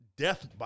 Death